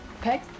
Peg